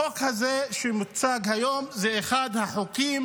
החוק הזה שמוצג היום הוא אחד החוקים